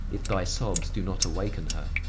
if thy sobs do not awaken her.